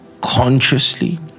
consciously